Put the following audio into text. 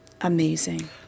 amazing